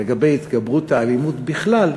לגבי התגברות האלימות בכלל,